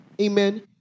Amen